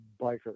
biker